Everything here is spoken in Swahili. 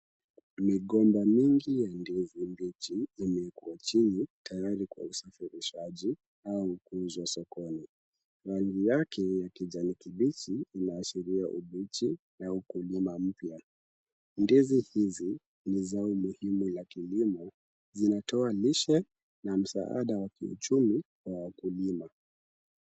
Migomba mingi ya ndizi mbichi zimewekwa chini tayari kwa usafirishaji au kuuzwa sokoni. Hali yake ya kijani kibichi inaashiria ubichi na ukulima mpya. Ndizi hizi ni zao muhimu la kilimo, zinatoa lishe na msaada wa kiuchumi kwa wakulima.